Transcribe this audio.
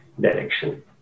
direction